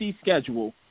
schedule